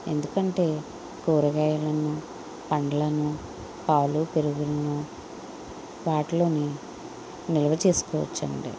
ఎందుకంటే కూరగాయలను పండ్లను పాలు పెరుగును వాటిలోని నిలువ చేసుకోవచ్చండి